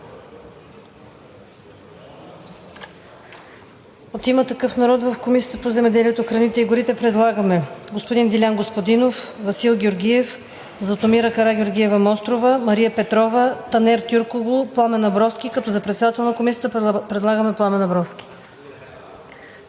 От „Има такъв народ“ в Комисията по земеделието, храните и горите предлагаме господин Дилян Господинов, Васил Георгиев, Златомира Карагеоргиева-Мострова, Мария Петрова, Танер Тюркоглу, Пламен Абровски, като за председател на Комисията предлагаме Пламен Абровски.